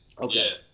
Okay